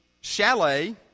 chalet